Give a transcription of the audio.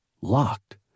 locked